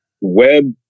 web